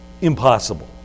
impossible